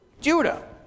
Judah